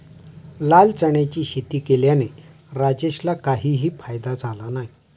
लाल चण्याची शेती केल्याने राजेशला काही फायदा झाला नाही